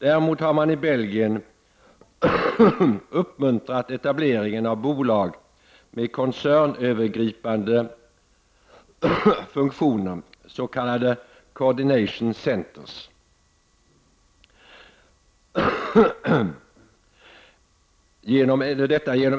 Däremot har man i Belgien uppmuntrat etableringen av bolag med koncernövergripande funktioner, s.k. Coordination Centres, genom